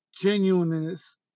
genuineness